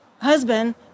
husband